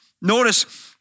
Notice